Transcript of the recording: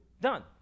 done